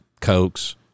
Cokes